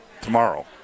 tomorrow